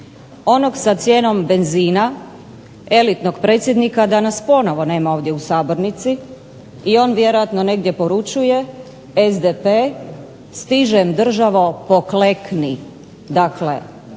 Onog sa cijenom benzina, elitnog predsjednika, danas ponovno nema ovdje u sabornici i on vjerojatno negdje poručuje SDP – stižem državo poklekni! Dakle,